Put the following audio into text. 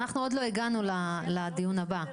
אנחנו עוד לא הגענו לדיון הבא,